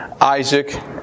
Isaac